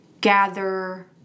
gather